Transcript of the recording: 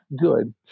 good